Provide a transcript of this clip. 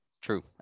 True